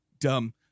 dumb